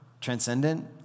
transcendent